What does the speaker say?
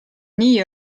nii